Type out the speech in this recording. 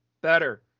better